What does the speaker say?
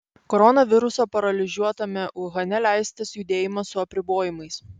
koronaviruso paralyžiuotame uhane leistas judėjimas su apribojimais